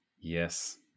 Yes